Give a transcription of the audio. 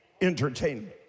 entertainment